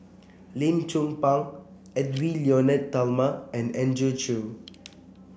Lim Chong Pang Edwy Lyonet Talma and Andrew Chew